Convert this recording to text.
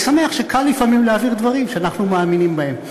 ואני שמח שקל לפעמים להעביר דברים שאנחנו מאמינים בהם.